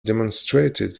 demonstrated